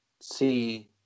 see